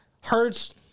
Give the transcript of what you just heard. hurts